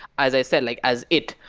as i said, like as it.